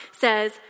says